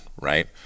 right